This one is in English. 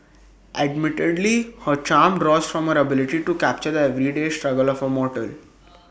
admittedly her charm draws from her ability to capture the everyday struggle of A mortal